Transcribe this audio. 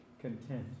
content